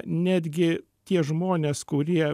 netgi tie žmonės kurie